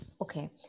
Okay